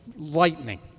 lightning